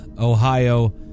Ohio